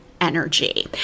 Energy